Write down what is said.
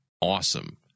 awesome